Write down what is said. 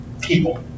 people